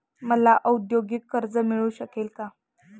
मला औद्योगिक कर्ज मिळू शकेल का?